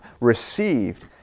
received